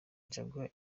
jaguar